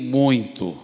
muito